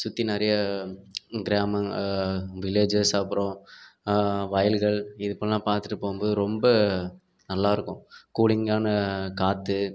சுற்றி நிறைய கிராமம் வில்லேஜஸ் அப்புறோம் வயல்கள் இப்படில்லா பார்த்துட்டு போகும் போது ரொம்ப நல்லா இருக்கும் கூளிங்கான காற்று